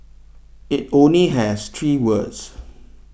it only has three words